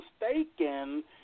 mistaken